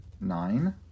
nine